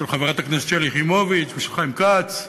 של חברת הכנסת שלי יחימוביץ ושל חיים כץ,